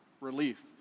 relief